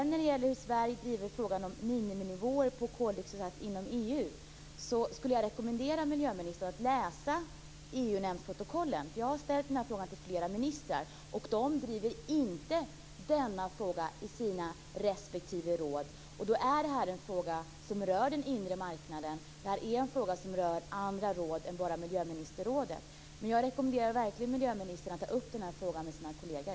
När det gäller hur Sverige driver frågan om miniminivåer på koldioxidskatt inom EU skulle jag rekommendera miljöministern att läsa EU nämndsprotokollen. Jag har ställt frågan till flera ministrar. De driver inte denna fråga i sina respektive råd. Det är en fråga som rör den inre marknaden, och det är en fråga som rör andra råd än bara miljöministerrådet. Jag rekommenderar verkligen miljöministern att ta upp frågan med sina kolleger.